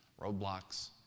roadblocks